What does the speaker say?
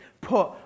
put